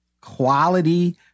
quality